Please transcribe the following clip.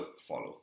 follow